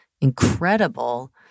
incredible